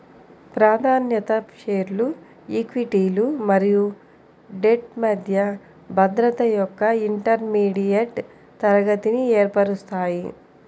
ప్రాధాన్యత షేర్లు ఈక్విటీలు మరియు డెట్ మధ్య భద్రత యొక్క ఇంటర్మీడియట్ తరగతిని ఏర్పరుస్తాయి